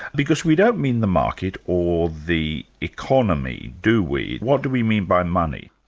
because we don't mean the market or the economy, do we? what do we mean by money?